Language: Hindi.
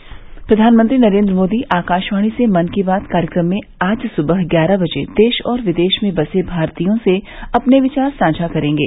मन की बात प्रधानमंत्री नरेन्द्र मोदी आकाशवाणी से मन की बात कार्यक्रम में आज सुबह ग्यारह बजे देश और विदेश में बसे भारतीयों से अपने विचार साझा करेंगे